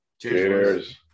Cheers